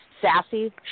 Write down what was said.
sassy